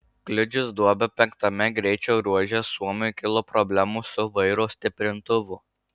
kliudžius duobę penktame greičio ruože suomiui kilo problemų su vairo stiprintuvu